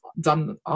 done